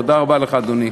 תודה רבה לך, אדוני.